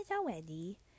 already